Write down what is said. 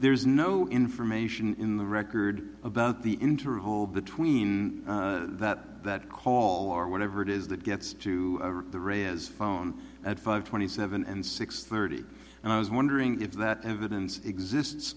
there's no information in the record about the interim hole between that call or whatever it is that gets to the re is phone at five twenty seven and six thirty and i was wondering if that evidence exists